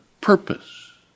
purpose